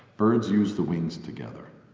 birds use the wings together.